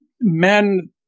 men